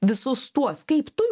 visus tuos kaip tu